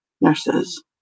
nurses